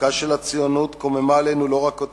דרכה של הציונות קוממה עלינו לא רק את